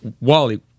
wally